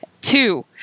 Two